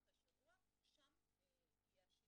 כשמתרחש אירוע, שם יהיה השינוי.